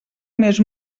més